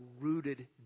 rooted